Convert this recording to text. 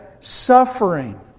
Suffering